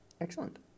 Excellent